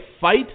fight